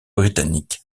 britannique